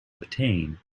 obtain